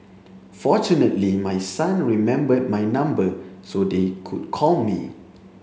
fortunately my son remembered my number so they could call me